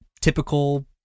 typical